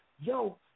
yo